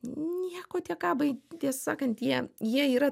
nieko tiek kabai tiesą sakant jie jie yra